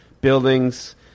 buildings